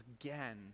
again